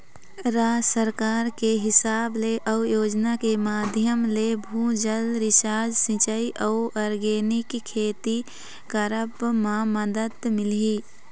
राज सरकार के हिसाब ले अउ योजना के माधियम ले, भू जल रिचार्ज, सिंचाई अउ आर्गेनिक खेती करब म मदद मिलही